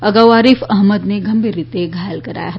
અગાઉ આરીફ અહમદને ગંભીર રીતે ઘાયલ કરાયા હતા